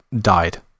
died